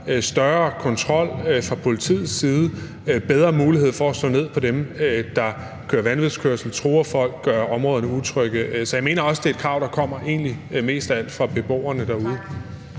mere kontrol fra politiets side, bedre mulighed for at slå ned på dem, der kører vanvidskørsel, truer folk og gør områderne utrygge. Så jeg mener også, det er et krav, der egentlig mest af alt kommer fra beboerne derude.